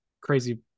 crazy